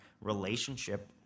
relationship